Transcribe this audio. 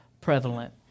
prevalent